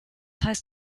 heißt